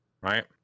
right